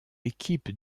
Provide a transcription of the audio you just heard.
équipe